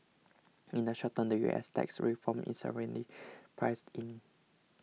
in the short term the U S tax reform is already priced in